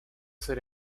ser